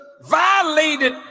violated